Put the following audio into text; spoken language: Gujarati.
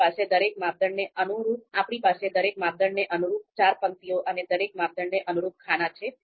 આપણી પાસે દરેક માપદંડને અનુરૂપ ચાર પંક્તિઓ અને દરેક માપદંડને અનુરૂપ ખાના છે